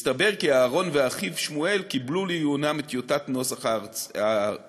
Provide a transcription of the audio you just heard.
מסתבר כי אהרן ואחיו שמואל קיבלו לעיונם את טיוטת נוסח ההצהרה.